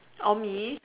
orh me